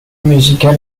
musical